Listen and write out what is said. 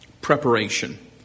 Preparation